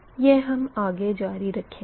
यह हम आगे जारी रखेंगे